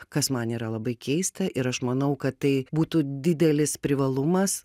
kas man yra labai keista ir aš manau kad tai būtų didelis privalumas